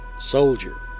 soldier